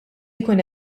jkun